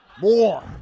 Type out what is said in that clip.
More